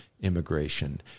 immigration